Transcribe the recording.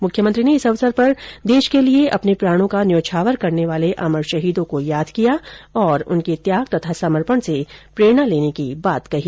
मुख्यमंत्री ने इस अवसर पर देश के लिए अपने प्रार्णो को न्यौछावर करने वाले अमर शहीदों को याद किया और उनके त्याग तथा समर्पण से प्रेरणा लेने की बात कही